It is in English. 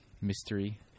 mystery